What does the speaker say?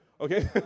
Okay